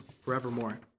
forevermore